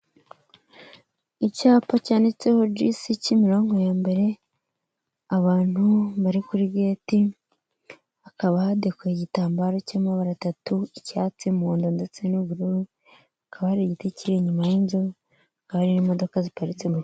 Icyapa cyanditseho G.S Kimironko ya mbere abantu bari kuri geti, hakaba hadekoye igitambaro cy'amabara atatu icyatsi, umuhonda ndetse n'ubururu, hakaba hari igiti kiri inyuma y'inzu, hakaba hari n'imodoka ziparitse.